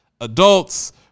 adults